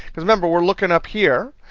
because remember, we're looking up here,